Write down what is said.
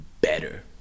better